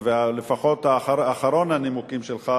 לפחות אחרון הנימוקים שלך,